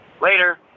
later